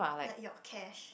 like your cash